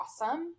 awesome